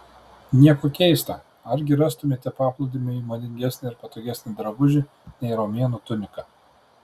nieko keista argi rastumėte paplūdimiui madingesnį ir patogesnį drabužį nei romėnų tunika